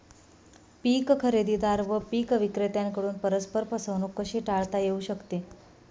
पीक खरेदीदार व पीक विक्रेत्यांकडून परस्पर फसवणूक कशी टाळता येऊ शकते?